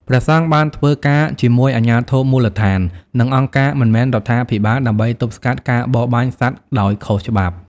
ព្រះសង្ឃបានធ្វើការជាមួយអាជ្ញាធរមូលដ្ឋាន និងអង្គការមិនមែនរដ្ឋាភិបាលដើម្បីទប់ស្កាត់ការបរបាញ់សត្វដោយខុសច្បាប់។